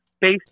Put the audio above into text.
based